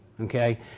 Okay